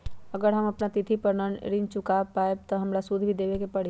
अगर हम अपना तिथि पर ऋण न चुका पायेबे त हमरा सूद भी देबे के परि?